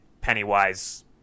Pennywise